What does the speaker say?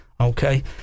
okay